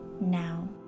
now